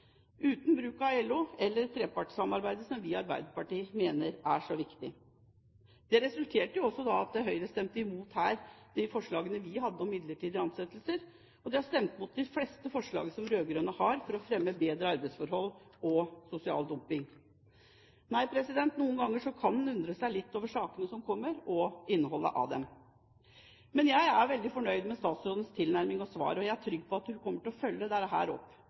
uten bruk av LO eller trepartssamarbeidet som vi i Arbeiderpartiet mener er så viktig. Det resulterte i at Høyre stemte i mot de forslagene vi hadde om midlertidige ansettelser, og de har stemt i mot de fleste forslag som de rød-grønne har hatt for å fremme bedre arbeidsforhold og motvirke sosial dumping. Nei, noen ganger kan en undre seg litt over sakene som kommer, og innholdet av dem. Men jeg er veldig fornøyd med statsrådens tilnærming og svar. Jeg er trygg på at hun kommer til å følge dette opp, for det